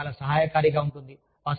మరియు ఇది చాలా సహాయకారిగా ఉంటుంది